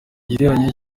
giterane